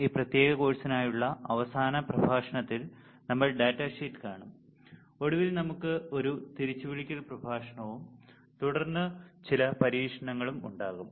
ഈ പ്രത്യേക കോഴ്സിനായുള്ള അവസാനത്തെ പ്രഭാഷണത്തിൽ നമ്മൾ ഡാറ്റ ഷീറ്റ് കാണും ഒടുവിൽ നമുക്ക് ഒരു തിരിച്ചുവിളിക്കൽ പ്രഭാഷണവും തുടർന്ന് ചില പരീക്ഷണങ്ങളും ഉണ്ടാകും